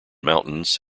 mountains